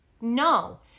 no